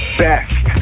best